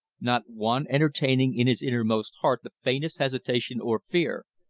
not one entertaining in his innermost heart the faintest hesitation or fear,